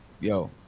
Yo